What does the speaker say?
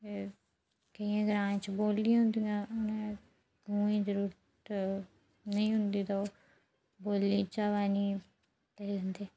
ते केइयें ग्राएं च बोलियां होंदिया उनेंगी कुएं दी जरूरत नेईं होंदी ते ओह् बोलियें चा पानी लेई लैंदे